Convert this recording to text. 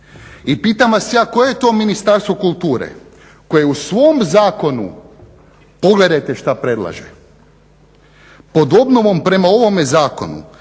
I pitam vas ja koje to Ministarstvo kulture koje u svom zakonu pogledajte što predlaže. Pod obnovom prema ovome zakonu